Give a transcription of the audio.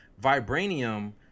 vibranium